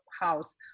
house